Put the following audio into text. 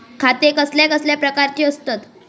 खाते कसल्या कसल्या प्रकारची असतत?